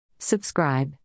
Subscribe